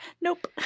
Nope